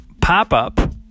pop-up